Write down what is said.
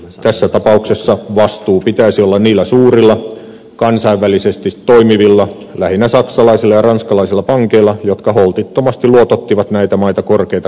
tässä tapauksessa vastuun pitäisi olla niillä suurilla kansainvälisesti toimivilla lähinnä saksalaisilla ja ranskalaisilla pankeilla jotka holtittomasti luotottivat näitä maita korkeita korkoja vastaan